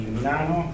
Milano